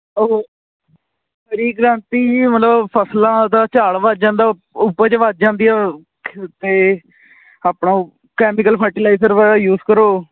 ਉਹ ਹਰੀ ਕ੍ਰਾਂਤੀ ਜੀ ਮਤਲਬ ਫ਼ਸਲਾਂ ਦਾ ਝਾੜ ਵੱਧ ਜਾਂਦਾ ਉਪਜ ਵੱਧ ਜਾਂਦੀ ਹੈ ਏ ਆਪਣਾ ਉਹ ਕੈਮੀਕਲ ਫਰਟੀਲਾਈਜ਼ਰ ਵਗੈਰਾ ਯੂਜ਼ ਕਰੋ